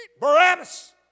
Barabbas